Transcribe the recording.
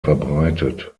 verbreitet